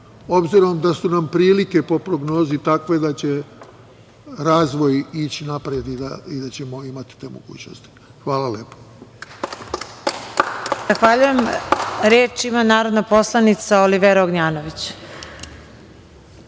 obzirom da su nam prilike po prognozi takve da će razvoj ići napred i da ćemo imati te mogućnosti. Hvala lepo. **Marija Jevđić** Zahvaljujem. Reč ima narodna poslanica Olivera Ognjanović.